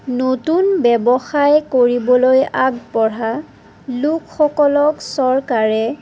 নতুন ব্যৱসায় কৰিবলৈ আগবঢ়া লোকসকলক চৰকাৰে